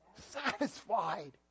Satisfied